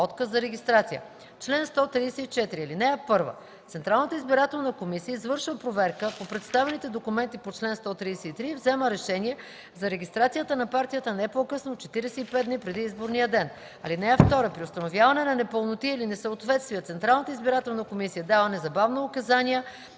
Отказ за регистрация Чл. 141. (1) Централната избирателна комисия извършва проверка по представените документи по чл. 140 и взема решение за регистрацията на коалицията не по-късно от 45 дни преди изборния ден. (2) При установяване на непълноти или несъответствия Централната избирателна комисия дава незабавно указания